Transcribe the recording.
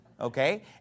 Okay